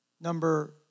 number